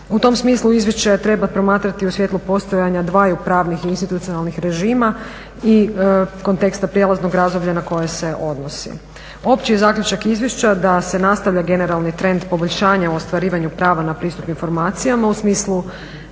U tom smislu izvješće treba promatrati u svijetu postojanja dvaju pravnih institucionalnih režima i konteksta prelaznog razdoblja na koje se odnosi. Opći je zaključak izvješća da se nastavlja generalni trend poboljšavanja u ostvarivanju prava na pristup informacijama, u smislu